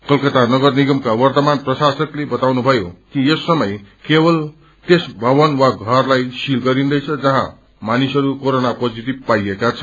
कलकता नगर निगमका वर्तमान प्रशासकले बताउनु भयो कि यस समय केवल त्यस भवन वा घरलाई सील गरिन्दैछ जहाँ मानिसहरू क्रेरोना पोजीटिथ पाइएका छन्